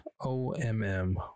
O-M-M